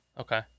okay